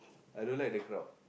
I don't like the crowd